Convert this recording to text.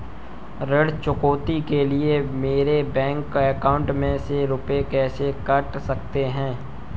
ऋण चुकौती के लिए मेरे बैंक अकाउंट में से रुपए कैसे कट सकते हैं?